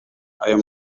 ayo